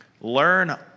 Learn